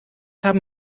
haben